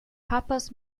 harper’s